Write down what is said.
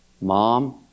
Mom